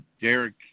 Derek